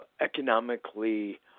economically